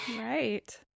Right